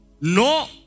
No